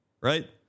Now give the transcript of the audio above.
right